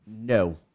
No